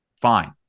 fine